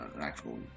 actual